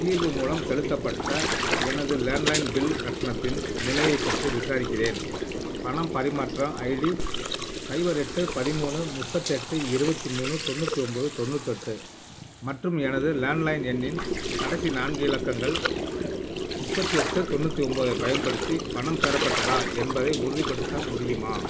தீர்வு மூலம் செலுத்தப்பட்ட எனது லேண்ட்லைன் பில் கட்டணத்தின் நிலையைப் பற்றி விசாரிக்கிறேன் பணம் பரிமாற்றம் ஐடி சைபர் எட்டு பதிமூணு முப்பத்தெட்டு இருபத்தி மூணு தொண்ணூற்றி ஒன்போது தொண்ணூத்தெட்டு மற்றும் எனது லேண்ட்லைன் எண்ணின் கடைசி நான்கு இலக்கங்கள் முப்பத்தி எட்டு தொண்ணூற்றி ஒன்போதைப் பயன்படுத்தி பணம் பெறப்பட்டதா என்பதை உறுதிப்படுத்த முடியுமா